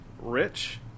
rich